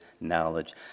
knowledge